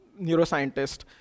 neuroscientist